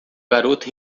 garoto